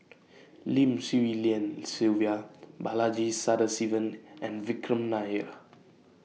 Lim Swee Lian Sylvia Balaji Sadasivan and Vikram Nair